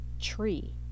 tree